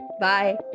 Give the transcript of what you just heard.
Bye